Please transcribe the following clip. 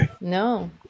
No